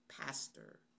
pastor